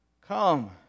come